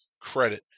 credit